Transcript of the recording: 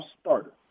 starter